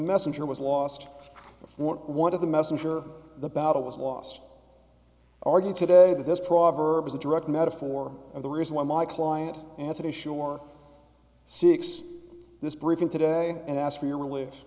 messenger was lost one of the messenger the battle was lost argued today that this proverb is a direct metaphor of the reason why my client anthony shore seeks this briefing today and ask for your reli